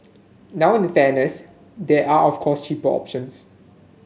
now in fairness there are of course cheaper options